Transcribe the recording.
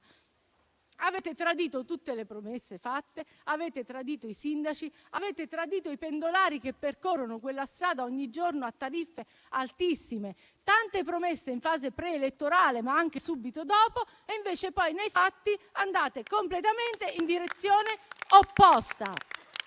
avete tradito tutte le promesse fatte, avete tradito i sindaci e avete tradito i pendolari che percorrono quella strada ogni giorno a tariffe altissime. Tante promesse in fase pre-elettorale, ma anche subito dopo, e poi nei fatti andate in direzione completamente opposta.